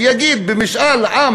שיגיד שבמשאל עם